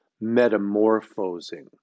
metamorphosing